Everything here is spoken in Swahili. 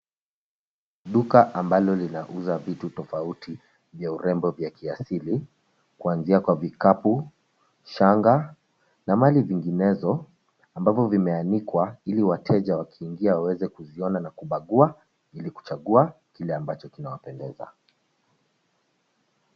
Duka ambalo linauza vitu tofauti, vya urembo wa kiasili, kuanzia kwa vikapu, shanga, na mali zinginezo, ambavyo vimeanikwa, ili wateja wakiingia waweze kuziona na kubagua, ili kuchagua, kile ambacho kinawapendeza.